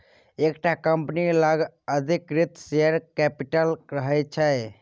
एकटा कंपनी लग अधिकृत शेयर कैपिटल रहय छै